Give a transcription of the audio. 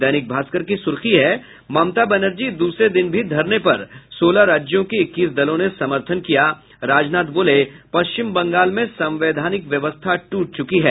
दैनिक भास्कर की सुर्खी है ममता बनर्जी दूसरे दिन भी धरने पर सोलह राज्यों के इक्कीस दलों ने समर्थन किया राजनाथ बोले पश्चिम बंगाल में संवैधानिक व्यवस्था टूट चुकी है